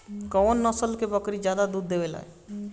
कौन नस्ल की बकरी सबसे ज्यादा दूध देवेले?